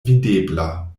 videbla